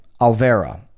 Alvera